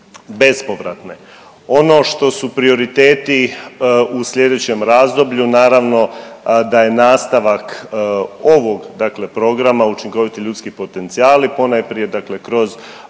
bespovratne. Ono što su prioriteti u slijedećem razdoblju naravno da je nastavak ovog dakle programa učinkoviti ljudski potencijali ponajprije